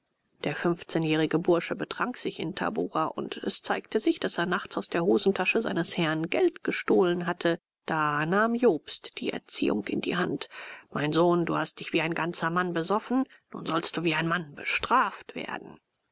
der fünfzehnjährige bursche betrank sich in tabora und es zeigte sich daß er nachts aus der hosentasche seines herrn geld gestohlen hatte da nahm jobst die erziehung in die hand mein sohn du hast dich wie ein ganzer mann besoffen nun sollst du wie ein mann bestraft werden